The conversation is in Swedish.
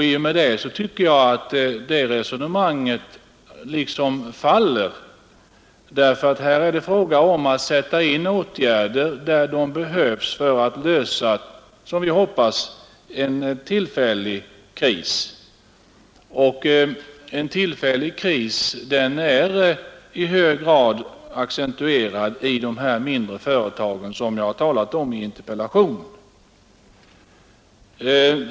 Därmed tycker jag att det resonemanget faller. Här är det fråga om att sätta in åtgärder där de behövs för att lösa en kris som vi hoppas är tillfällig. Denna kris är i hög grad accentuerad i dessa mindre företag som jag talat om i interpellationen.